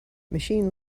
machine